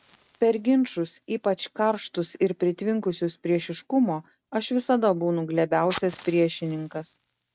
per ginčus ypač karštus ir pritvinkusius priešiškumo aš visada būnu glebiausias priešininkas